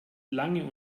lange